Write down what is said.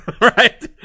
right